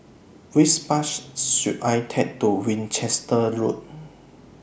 Which Bus should I Take to Winchester Road